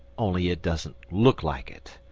only it doesn't look like it.